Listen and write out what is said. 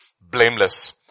blameless